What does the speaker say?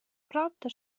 правда